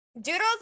Doodles